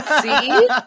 See